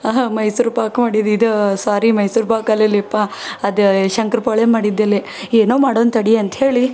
ಮೈಸೂರು ಪಾಕ್ ಮಾಡಿದ ಇದು ಸಾರಿ ಮೈಸೂರು ಪಾಕ್ ಅಲ್ಲೆಲೆಪ್ಪ ಅದು ಶಂಕರ್ ಪೋಳೆ ಮಾಡಿದ್ದೆಲೆ ಏನೋ ಮಾಡೋಣ ತಡಿ ಅಂಥೇಳಿ